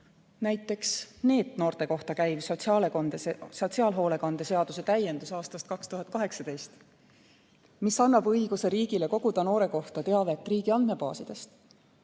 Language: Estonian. Näiteks, NEET-noorte kohta käiv sotsiaalhoolekande seaduse täiendus aastast 2018, mis annab õiguse riigile koguda noore kohta teavet riigi andmebaasidest,